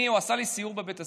הוא עשה לי סיור בבית הספר.